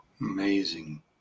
amazing